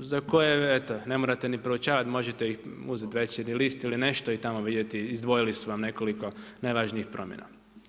za koje eto ne morate ni proučavati, možete uzeti Večernji list ili nešto i tamo vidjeti izdvojili su vam nekoliko najvažnijih promjena.